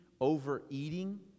overeating